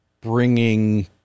bringing